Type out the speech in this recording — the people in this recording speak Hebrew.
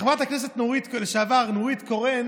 חברת הכנסת לשעבר נורית קורן